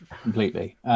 completely